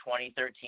2013